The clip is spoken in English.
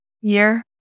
year